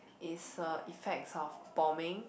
is a effects of bombing